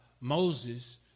Moses